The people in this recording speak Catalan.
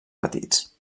petits